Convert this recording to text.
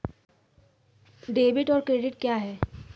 Debit और credit क्या है?